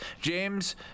James